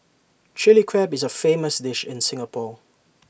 Chilli Crab is A famous dish in Singapore